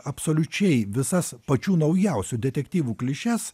absoliučiai visas pačių naujausių detektyvų klišes